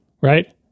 right